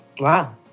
Wow